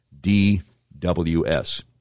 DWS